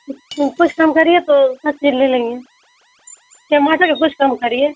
تو کچھ کم کریے تو سب چیز لے لیں گے ٹماٹر کا کچھ کم کریے